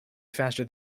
faster